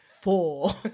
four